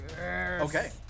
Okay